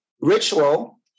ritual